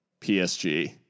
PSG